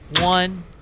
one